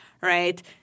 right